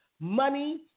money